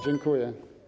Dziękuję.